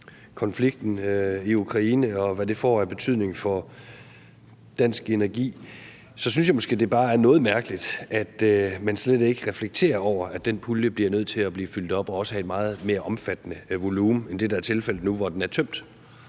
konflikten i Ukraine, og hvad det får af betydning for dansk energi, synes jeg måske, det er noget mærkeligt, at man slet ikke reflekterer over, at den pulje er nødt til at blive fyldt op, også i en meget mere omfattende volumen end det, der er tilfældet nu, hvor den er tømt.